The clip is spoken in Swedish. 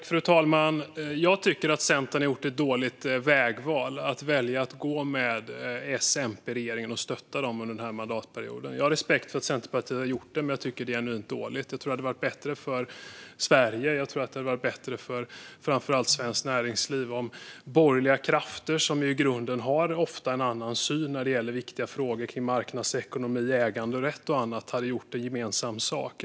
Fru talman! Jag tycker att Centern gjorde ett dåligt vägval när man valde att gå med S-MP-regeringen och stötta dem under den här mandatperioden. Jag har respekt för att Centerpartiet har gjort det, men jag tycker att det är genuint dåligt. Jag tror att det hade varit bättre för Sverige och framför allt för svenskt näringsliv om borgerliga krafter, som i grunden ofta har en annan syn när det gäller viktiga frågor kring marknadsekonomi, äganderätt och annat, hade gjort gemensam sak.